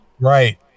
right